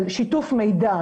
של שיתוף מידע,